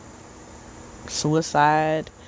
suicide